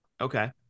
Okay